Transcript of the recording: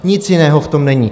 Nic jiného v tom není.